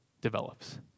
develops